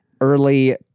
early